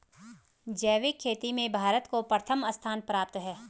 जैविक खेती में भारत को प्रथम स्थान प्राप्त है